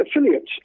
affiliates